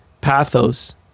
pathos